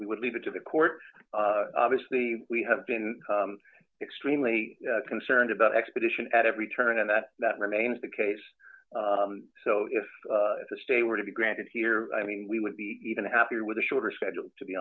we would leave it to the court obviously we have been extremely concerned about expedition at every turn and that that remains the case so if the stay were to be granted here i mean we would be even happier with a shorter schedule to be